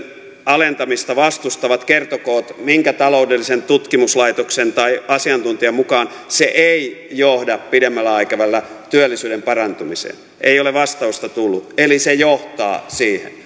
alentamista vastustavat kertokoot minkä taloudellisen tutkimuslaitoksen tai asiantuntijan mukaan se ei johda pidemmällä aikavälillä työllisyyden parantumiseen ei ole vastausta tullut eli se johtaa siihen